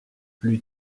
plus